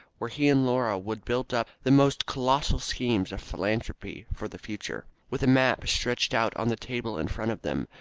where he and laura would build up the most colossal schemes of philanthropy for the future. with a map stretched out on the table in front of them,